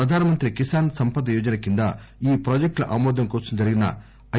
ప్రధాన మంత్రి కిసాన్ సంపద యోజన కింద ఈ ప్రాజెక్టుల ఆమోదం కోసం జరిగిన ఐ